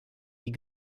die